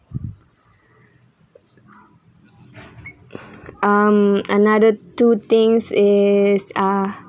um another two things is uh